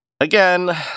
Again